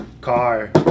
car